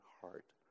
heart